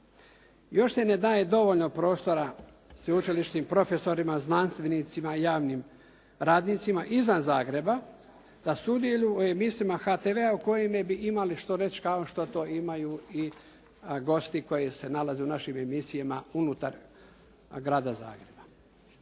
Još se ne daje dovoljno prostora sveučilišnim profesorima, znanstvenicima i javnim radnicima izvan Zagreba da sudjeluju u emisijama HTV-a u kojima bi imali što reći kao što to imaju i gosti koji se nalaze u našim emisijama unutar grada Zagreba.